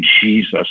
Jesus